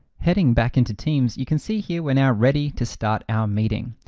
heading back into teams, you can see here we're now ready to start our meeting.